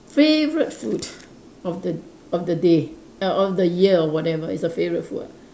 favorite food of the of the day of of the year or whatever is a favorite food ah